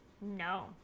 no